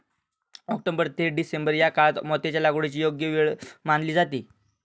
October ते December या काळात मोत्यांच्या लागवडीची योग्य वेळ मानली जाते